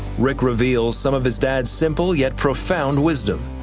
rick reveals some of his dad's simple yet profound wisdom.